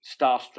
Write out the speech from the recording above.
starstruck